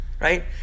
right